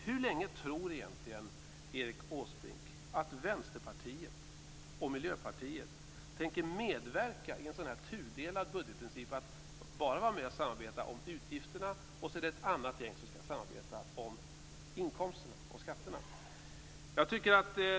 Hur länge tror Erik Åsbrink att Vänsterpartiet och Miljöpartiet tänker medverka i en sådan tudelad budgetprincip och bara vara med att samarbeta om utgifterna medan ett annat gäng skall samarbeta om inkomsterna och skatterna?